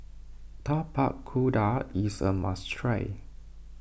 Tapak Kuda is a must try